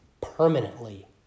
permanently